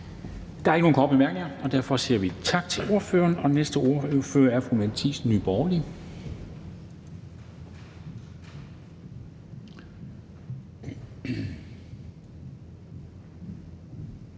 Der er ikke nogen korte bemærkninger, og derfor siger vi tak til ordføreren. Og næste ordfører er fru Mette Thiesen, Nye Borgerlige.